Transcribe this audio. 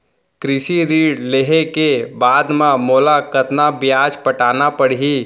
कृषि ऋण लेहे के बाद म मोला कतना ब्याज पटाना पड़ही?